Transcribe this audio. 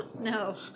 No